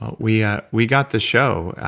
ah we yeah we got the show,